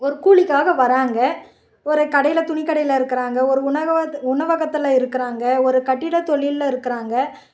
ஒரு கூலிக்காக வராங்க ஒரு கடையில் துணி கடையில் இருக்கிறாங்க ஒரு உணவகத் உணவகத்தில் இருக்கிறாங்க ஒரு கட்டிடத் தொழிலில் இருக்கிறாங்க